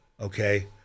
Okay